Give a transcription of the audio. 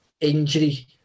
injury